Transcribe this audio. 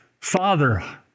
Father